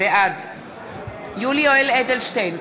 בעד יולי יואל אדלשטיין,